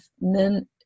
men